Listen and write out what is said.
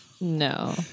No